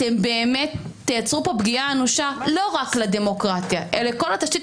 אתם באמת תייצרו כאן פגיעה אנושה לא רק לדמוקרטיה אלא לכל התשתית